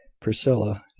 priscilla,